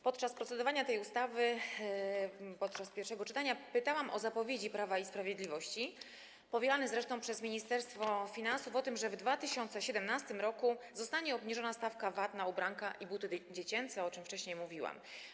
Podczas procedowania tej ustawy w pierwszym czytaniu pytałam o zapowiedzi Prawa i Sprawiedliwości, powielane zresztą przez Ministerstwo Finansów, co do tego, że w 2017 r. zostanie obniżona stawka VAT na ubranka i buty dziecięce, o czym wcześniej mówiłam.